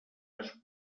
les